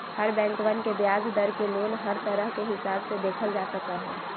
हर बैंकवन के ब्याज दर के लोन हर तरह के हिसाब से देखल जा सका हई